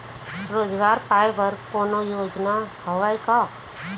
रोजगार पाए बर कोनो योजना हवय का?